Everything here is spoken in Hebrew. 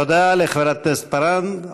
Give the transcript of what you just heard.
תודה לחברת הכנסת פארן.